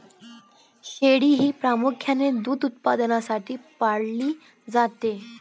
शेळी हे प्रामुख्याने दूध उत्पादनासाठी पाळले जाते